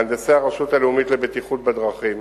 מהנדסי הרשות הלאומית לבטיחות בדרכים